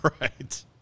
Right